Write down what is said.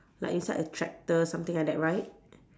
like inside a tractor something like that right